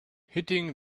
hitting